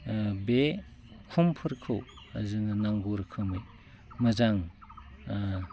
बे उखुमफोरखौ जोंनो नांगौ रोखोमनि मोजां